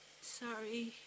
sorry